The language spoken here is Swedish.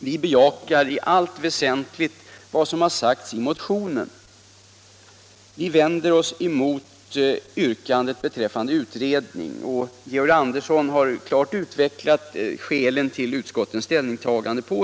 Vi bejakar i allt väsentligt vad som har sagts i motionen. Men vi vänder oss mot yrkandet om en utredning, och Georg Andersson i Lycksele har klart utvecklat skälen till utskottets ställningstagande.